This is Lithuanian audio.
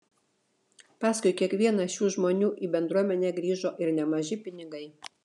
paskui kiekvieną šių žmonių į bendruomenę grįžo ir nemaži pinigai